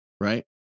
right